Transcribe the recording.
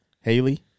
Haley